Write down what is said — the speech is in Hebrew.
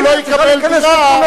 אם הוא לא יקבל דירה בחיפה,